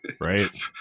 Right